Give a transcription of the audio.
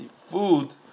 food